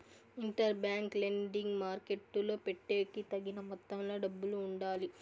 inter bank lending మార్కెట్టులో పెట్టేకి తగిన మొత్తంలో డబ్బులు ఉండాలి